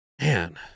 Man